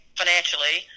financially